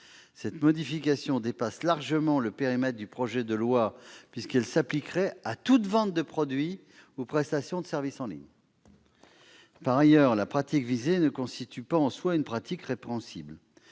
Cette modification dépasse largement le périmètre du projet de loi, puisqu'elle s'appliquerait à toute vente de produits ou prestation de service en ligne. Par ailleurs, la pratique visée ne constitue pas, en soi, une pratique répréhensible.